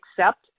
accept